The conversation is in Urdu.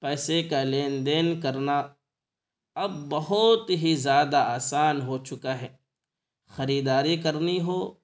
پیسے کا لین دین کرنا اب بہت ہی زیادہ آسان ہو چکا ہے خریداری کرنی ہو